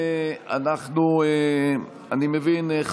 אני מבין,